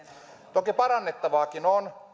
toki parannettavaakin on